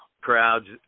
crowds